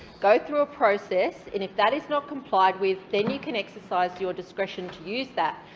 go through a process, and if that is not complied with, then you can exercise your discretion to use that.